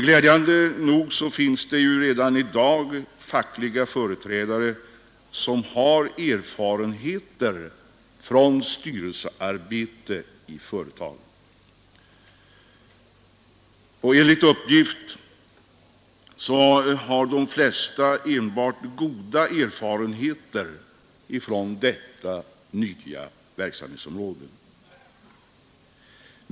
Glädjande nog så finns det redan i dag fackliga företrädare som har erfarenheter från styrelsearbete i företag, och enligt uppgift har de flesta enbart goda erfarenheter från det nya verksamhetsområdet.